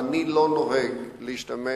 אני לא נוהג להשתמש